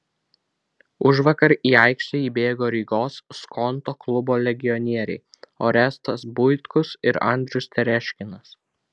užvakar į aikštę įbėgo rygos skonto klubo legionieriai orestas buitkus ir andrius tereškinas